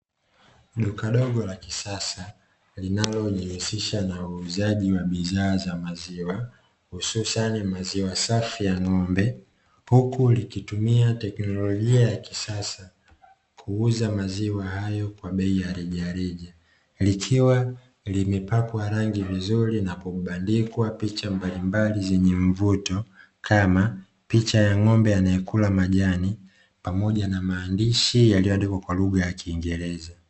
Duka ndogo la kisasa linalojihusisha na uuzaji wa bidhaa za maziwa hususani maziwa safi ya ng'ombe, huku likitumia teknolojia ya kisasa kuuza maziwa hayo kwa bei ya rejareja; likiwa limepakwa rangi vizuri na kumbadilikwa picha mbalimbali zenye mvuto kama picha ya ng'ombe anayekula majani pamoja na maandishi yaliyoandikwa kwa lugha ya kiingereza.